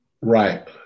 right